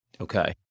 Okay